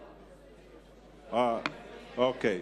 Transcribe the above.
אוקיי.